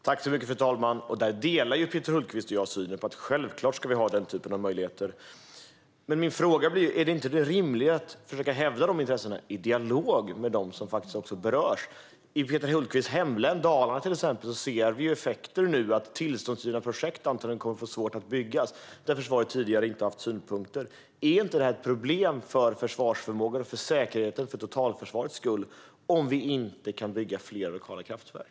Fru talman! Jag och Peter Hultqvist delar synen att den typen av möjligheter självklart ska finnas. Men är det inte rimligare att försöka hävda de intressena i dialog med dem som faktiskt berörs? I till exempel Peter Hultqvists hemlän, Dalarna, ser vi nu effekter. Det kommer antagligen att bli svårt att bygga tillståndsgivna projekt, där försvaret inte har haft synpunkter tidigare. Är det inte ett problem för försvarsförmågan, säkerheten och totalförsvaret om vi inte kan bygga fler lokala kraftverk?